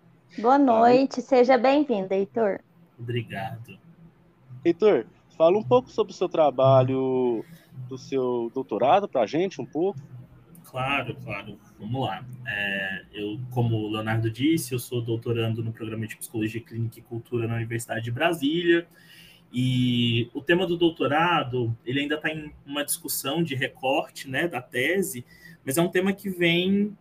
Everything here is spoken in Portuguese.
Boa Fala. noite, seja bem-vindo, Heitor. Obrigado. Heitor, fala um pouco sobre o seu trabalho, do seu doutorado pra gente, um pouco. Claro, claro. Vamos lá. É, eu, como o Leonardo disse, eu sou doutorando no Programa de Psicologia Clínica e Cultura na Universidade de Brasília. E o tema do doutorado, ele ainda tá em uma discussão de recorte, né, da tese, mas é um tema que vem